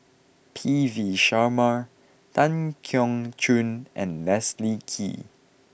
P V Sharma Tan Keong Choon and Leslie Kee